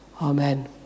Amen